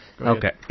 Okay